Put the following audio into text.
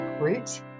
root